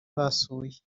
basuye